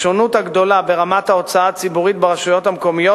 השונות הגדולה ברמת ההוצאה הציבורית ברשויות מקומיות